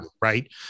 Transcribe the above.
right